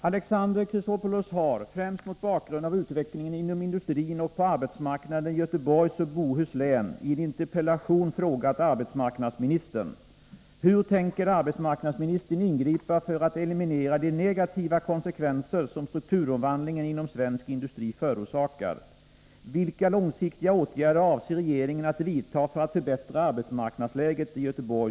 Alexander Chrisopoulos har, främst mot bakgrund av utvecklingen inom industrin och på arbetsmarknaden i Göteborgs och Bohus län, i en interpellation frågat arbetsmarknadsministern: Interpellationen har överlämnats till mig.